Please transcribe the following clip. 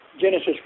Genesis